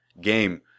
game